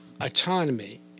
autonomy